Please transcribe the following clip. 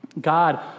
God